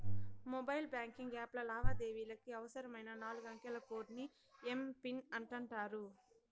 mobile banking యాప్ల లావాదేవీలకి అవసరమైన నాలుగంకెల కోడ్ ని ఎమ్.పిన్ అంటాండారు